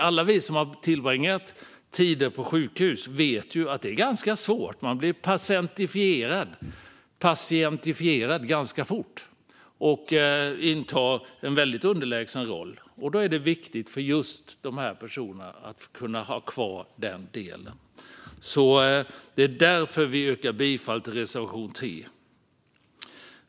Alla vi som har tillbringat tid på sjukhus vet att det är ganska svårt - man blir patientifierad ganska fort och intar en väldigt underlägsen roll. Då är det viktigt för just dessa personer att ha kvar den delen. Det är därför vi yrkar bifall till reservation 3.